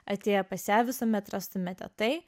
atėję pas ją visuomet rastumėte tai